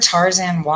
Tarzan